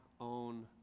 own